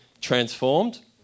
transformed